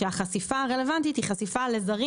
של הישראלים אחד לשני.